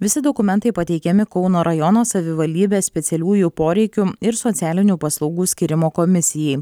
visi dokumentai pateikiami kauno rajono savivaldybės specialiųjų poreikių ir socialinių paslaugų skyrimo komisijai